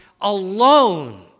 alone